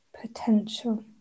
potential